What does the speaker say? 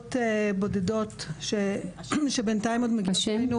עשרות בודדות שבינתיים עוד מגיעות אלינו